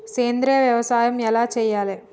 సేంద్రీయ వ్యవసాయం ఎలా చెయ్యాలే?